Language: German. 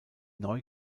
neu